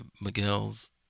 Miguel's